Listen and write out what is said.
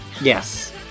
Yes